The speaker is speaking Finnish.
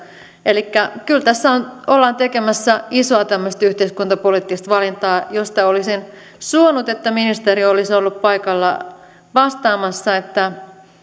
elikkä kyllä tässä ollaan tekemässä isoa yhteiskuntapoliittista valintaa ja olisin suonut että ministeri olisi ollut paikalla vastaamassa